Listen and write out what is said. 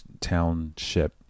township